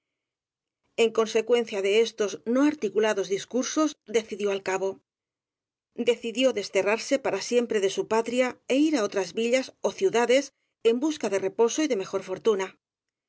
en consecuencia de estos no articulados discur sos decidió al cabo decidió desterrarse para siem pre de su patria é ir á otras villas ó ciudades en busca de reposo y de mejor fortuna